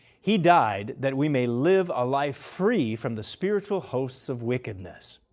he died that we may live a life free from the spiritual hosts of wickedness.